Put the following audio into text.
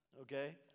okay